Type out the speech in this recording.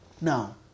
Now